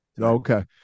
Okay